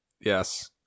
yes